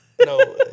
No